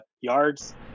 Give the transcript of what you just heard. yards